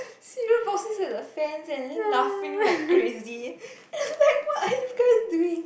cereal boxes at the fans eh and then laughing like crazy and I'm like what are you guys doing